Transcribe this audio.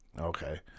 Okay